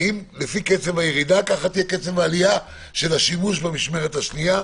האם לפי קצב הירידה כך יהיה קצב העלייה של השימוש במשמרת השנייה?